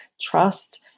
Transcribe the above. trust